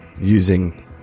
using